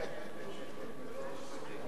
העורף של מי?